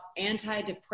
antidepressants